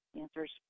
answers